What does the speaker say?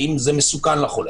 האם זה מסוכן לחולה?